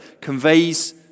conveys